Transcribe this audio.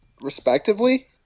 Respectively